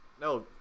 no